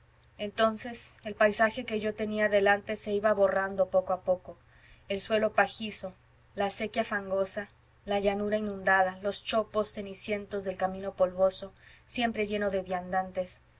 entonces el paisaje que yo tenía delante se iba borrando poco a poco el suelo pajizo la acequia fangosa la llanura inundada los chopos cenicientos del camino polvoso siempre lleno de viandantes